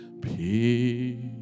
peace